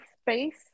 space